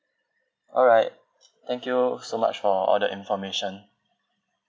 alright thank you so much for all the information